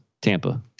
Tampa